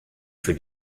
für